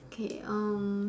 K um